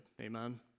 Amen